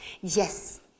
Yes